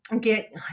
get